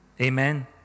Amen